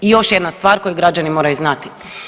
I još jedna stvar koju građani moraju znati.